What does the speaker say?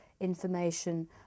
information